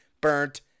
burnt